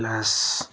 class